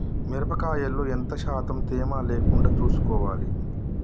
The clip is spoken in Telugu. మిరప కాయల్లో ఎంత శాతం తేమ లేకుండా చూసుకోవాలి?